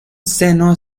seno